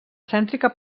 cèntrica